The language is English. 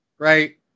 Right